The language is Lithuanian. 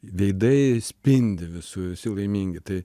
veidai spindi visų visi laimingi tai